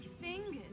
fingers